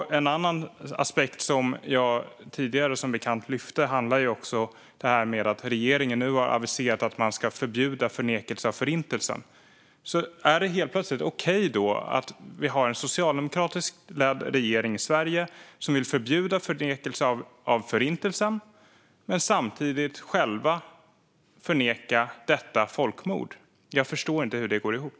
En annan aspekt, som jag tidigare som bekant lyft fram, handlar om det här med att regeringen nu har aviserat att man ska förbjuda förnekelse av Förintelsen. Är det då helt plötsligt okej att vi i Sverige har en socialdemokratiskt ledd regering som vill förbjuda förnekelse av Förintelsen men samtidigt själva förneka detta folkmord? Jag förstår inte hur det går ihop.